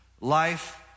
life